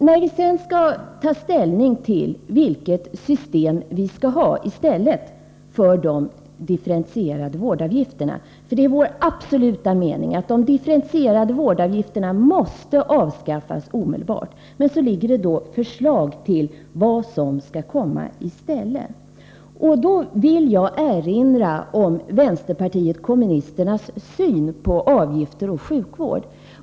Vi skall alltså ta ställning till vilket system vi skall ha i stället för de differentierade vårdavgifterna, för det är vår absoluta mening att de måste avskaffas omedelbart. Jag vill då erinra om vänsterpartiet kommunisternas syn på avgifter och sjukvård.